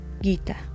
Gita